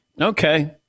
okay